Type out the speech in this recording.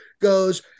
goes